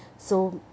so